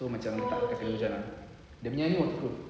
so macam tak kena hujan dia nya ni waterproof